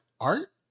art